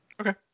Okay